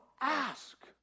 ask